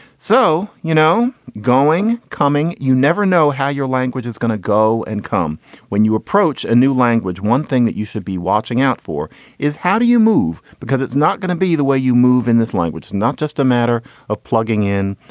so, you know, going, coming, you never know how your language is going to go and come when you approach a new language. one thing that you should be watching out for is how do you move? because it's not going to be the way you move in. this language is not just a matter of plugging in,